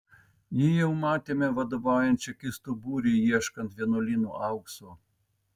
jį jau matėme vadovaujant čekistų būriui ieškant vienuolyno aukso